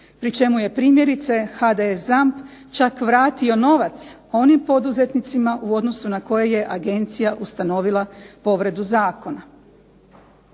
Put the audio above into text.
Pri čemu je primjerice ZAMP čak vratio novac onim poduzetnicima u odnosu na koje je agencija ustanovila povredu zakona.